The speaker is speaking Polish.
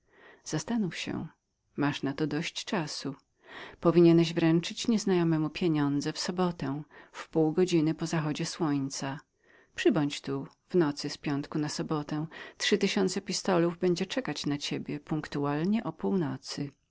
zastanów się masz na to dość czasu masz wręczyć pieniądze w sobotę w pół godziny po zachodzie słońca przybądź tu w nocy z piątku na sobotę trzy tysiące pistolów będzie czekać na ciebie